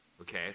okay